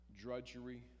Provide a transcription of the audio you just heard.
drudgery